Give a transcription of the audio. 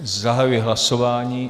Zahajuji hlasování.